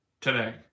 today